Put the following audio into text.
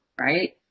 right